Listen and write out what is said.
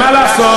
מה לעשות,